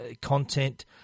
content